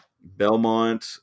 Belmont